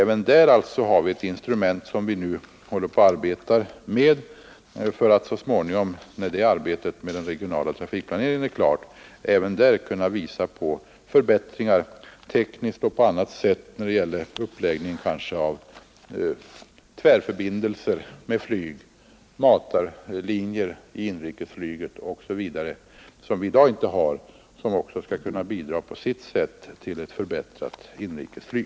Även där har vi alltså ett instrument som vi håller på att arbeta med för att så småningom, när arbetet är klart, även där kunna visa på förbättringar, tekniskt och på annat sätt, kanske när det gäller uppläggningen av tvärförbindelser med flyg, matarlinjer i inrikesflyget osv., som vi i dag inte har men som på sitt sätt också skall kunna bidra till ett förbättrat inrikesflyg.